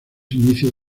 inicios